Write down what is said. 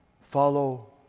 follow